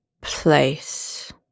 place